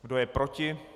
Kdo je proti?